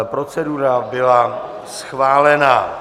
Procedura byla schválena.